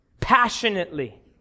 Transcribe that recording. passionately